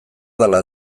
dela